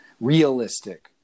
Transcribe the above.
realistic